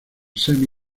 semi